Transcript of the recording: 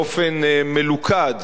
באופן מלוכד,